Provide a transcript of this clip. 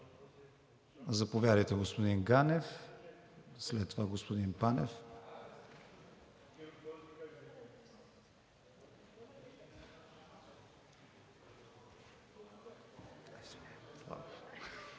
Заповядайте, господин Ганев. След това господин Панев.